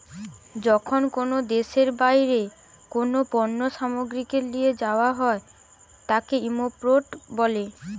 যখন কোনো দেশের বাইরে কোনো পণ্য সামগ্রীকে লিয়ে যায়া হয় তাকে ইম্পোর্ট বলে